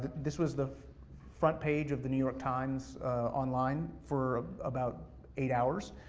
this was the front page of the new york times online, for about eight hours,